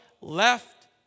Left